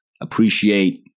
Appreciate